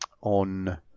on